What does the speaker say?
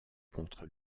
contre